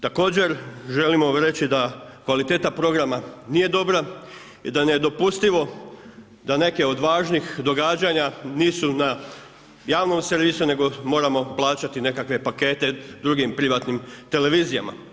Također, želim ovdje reći da kvaliteta programa nije dobra i da je nedopustivo da neke od važnih događanja nije na javnom servisu, nego moramo plaćati nekakve pakete drugim privatnim televizijama.